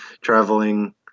traveling